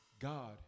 God